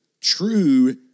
true